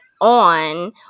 on